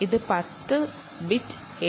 ഇത് 10 bit A